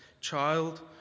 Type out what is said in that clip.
child